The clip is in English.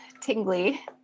tingly